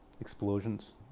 explosions